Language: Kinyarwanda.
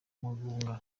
mugunga